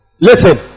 Listen